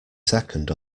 second